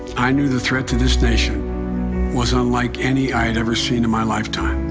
i knew the threat to this nation was unlike any i had ever seen in my lifetime.